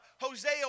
Hosea